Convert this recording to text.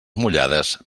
mullades